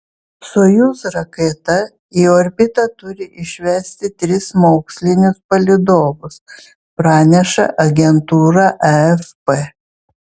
sojuz raketa į orbitą turi išvesti tris mokslinius palydovus praneša agentūra afp